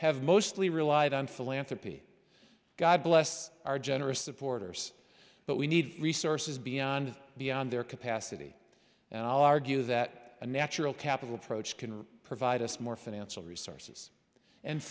have mostly relied on philanthropy god bless our generous supporters but we need resources beyond beyond their capacity and i'll argue that a natural capital approach can provide us more financial resources and